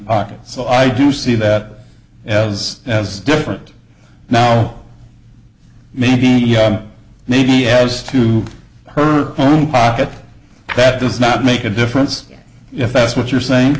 so i do see that as as different now maybe maybe as to her own pocket that does not make a difference if that's what you're saying